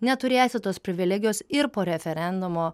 neturėsi tos privilegijos ir po referendumo